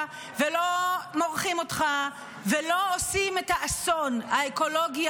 ולא מורחים אותך ולא עושים את האסון האקולוגי,